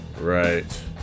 Right